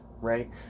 right